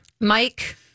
Mike